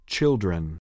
Children